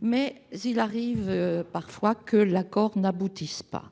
mais il arrive parfois qu'aucun accord ne soit trouvé.